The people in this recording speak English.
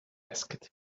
asked